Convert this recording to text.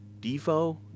Defo